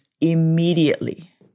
immediately